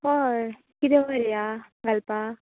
हय किदें वरयां घालपाक